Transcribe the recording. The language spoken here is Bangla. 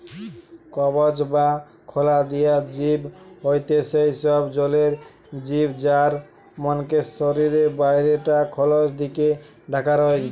কবচ বা খলা দিয়া জিব হয়থে সেই সব জলের জিব যার মনকের শরীরের বাইরে টা খলস দিকি ঢাকা রয়